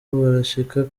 barashika